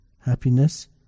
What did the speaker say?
happiness